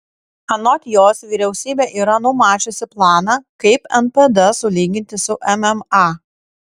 anot jos vyriausybė yra numačiusi planą kaip npd sulyginti su mma